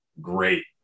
great